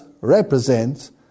represents